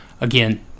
again